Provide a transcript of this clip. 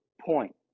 point